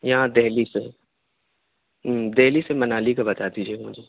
یہاں دہلی سر دہلی سے منالی کا بتا دیجیے گا مجھے